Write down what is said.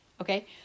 Okay